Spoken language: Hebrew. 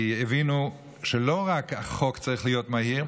ןהם הבינו שלא רק החוק צריך להיות מהיר,